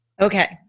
Okay